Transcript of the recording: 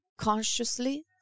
consciously